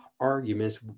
arguments